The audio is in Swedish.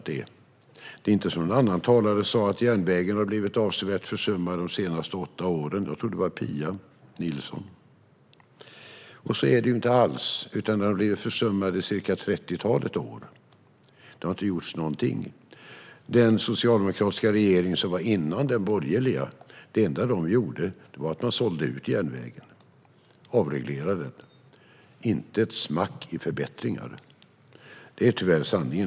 Det är inte som en annan talare sa att järnvägen har blivit avsevärt försummad de senaste åtta åren - jag tror att det var Pia Nilsson - utan den har blivit försummad i trettiotalet år. Det har inte gjorts någonting. Det enda den socialdemokratiska regering som var före den borgerliga gjorde var att sälja ut järnvägen. Man avreglerade den och gjorde inte ett smack för att förbättra den. Det är tyvärr sanningen.